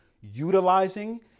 utilizing